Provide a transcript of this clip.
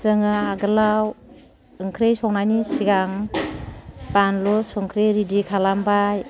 जोङो आगोलाव ओंख्रि संनायनि सिगां बानलु संख्रि रिदि खालामबाय